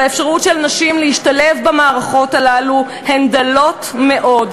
והאפשרות של נשים להשתלב במערכות האלה הן דלות מאוד.